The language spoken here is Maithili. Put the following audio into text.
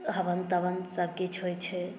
हवन तवन सभकिछु होइत छै